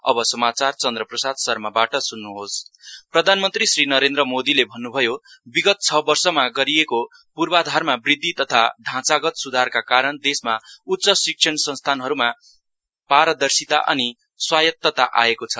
PM प्रधानमन्त्री श्री नरेन्द्र मोदीले भन्न्भयो विगत छ वर्षमा गरिएको पूर्वाधारमा बृद्धि तथा ढाँचागत सुधारका कारण देशमा उच्च शिक्षण संस्थानहरूमा पारदर्शिता अनि स्वायता आएको छ